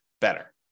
better